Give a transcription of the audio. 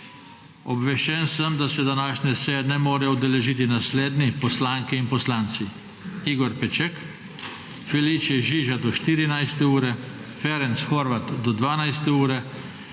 Obveščen sem, da se današnje seje ne morejo udeležiti naslednje poslanke in poslanci: Igor Peček, Felice Žiža do 14. ure, Ferenc Horváth do 12. ure,